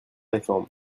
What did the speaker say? réforme